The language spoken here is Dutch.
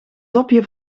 dopje